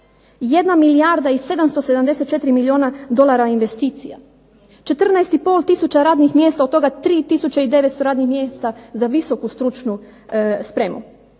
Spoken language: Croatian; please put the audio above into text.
milijarda i 774 milijuna dolara investicija, 14 i pol tisuća radnih mjesta, od toga 3 tisuće i 900 radnih mjesta za visoku stručnu spremu.